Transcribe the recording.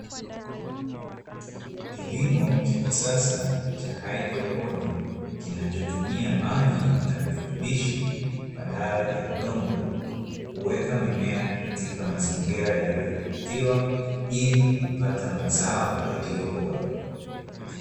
Kilimo cha kisasa cha haidroponi kinachotumia maji na virutubisho, badala ya udongo, huweka mimea katika mazingira yaliyodhibitiwa, ili kupata mazao yaliyobora.